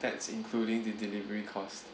that's including the delivery cost